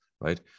right